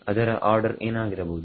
ಅದರ ಆರ್ಡರ್ ಏನಾಗಿರಬಹುದು